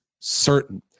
certain